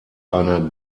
eine